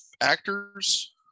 actors